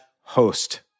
host